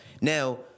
Now